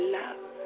love